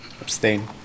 Abstain